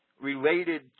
related